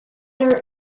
our